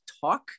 talk